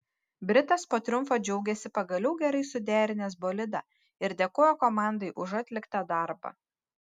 britas po triumfo džiaugėsi pagaliau gerai suderinęs bolidą ir dėkojo komandai už atliktą darbą